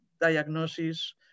diagnosis